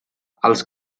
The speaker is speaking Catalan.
els